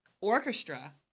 orchestra